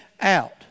out